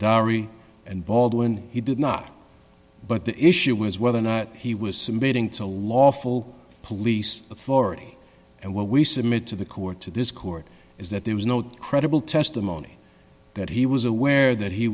diary and baldwin he did not but the issue was whether or not he was submitting to lawful police authority and what we submit to the court to this court is that there was no credible testimony that he was aware that he